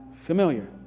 familiar